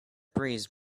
breeze